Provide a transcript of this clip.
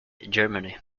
germany